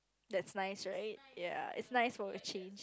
that's nice right ya it's nice for a change